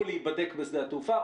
או להיבדק בשדה התעופה,